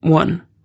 One